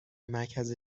مرکز